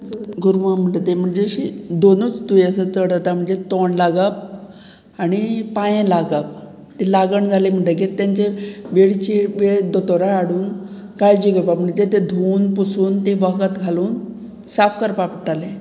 गुरवां म्हणटा तें म्हणजे अशी दोनूच दुयेंसां चड जाता म्हणजे तोंड लागप आनी पांयें लागप तें लागण जालें म्हणटकीर तांचे वेळची वेळ दोतोरां हाडून काळजी घेवपाक म्हणटगीर तें धुवन पुसून तें वखद घालून साफ करपा पडटालें